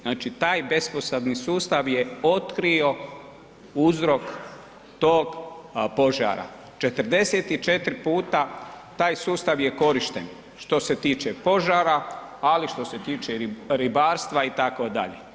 Znači taj besposebni sustav je otkrio uzrok tog požara 44 puta taj sustav je korišten što se tiče požara, ali što se tiče ribarstva itd.